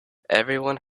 everyone